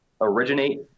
originate